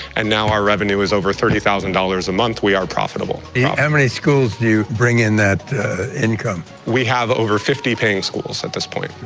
and now our revenue is over thirty thousand dollars a month, we are profitable. yeah how many schools do you bring in that income? we have over fifty paying schools at this point.